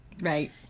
right